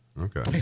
Okay